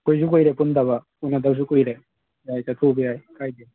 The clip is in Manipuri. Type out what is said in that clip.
ꯀꯨꯏꯁꯨ ꯀꯨꯏꯔꯦ ꯄꯨꯟꯗꯕ ꯎꯅꯗꯕꯁꯨ ꯀꯨꯏꯔꯦ ꯌꯥꯏ ꯆꯠꯊꯣꯛꯎꯕ ꯌꯥꯏ ꯀꯥꯏꯗꯦ